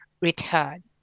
return